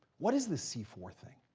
what is this c four thing?